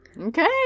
Okay